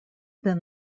then